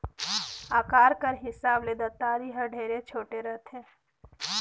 अकार कर हिसाब ले दँतारी हर ढेरे छोटे रहथे